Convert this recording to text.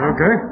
Okay